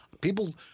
people